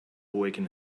awaken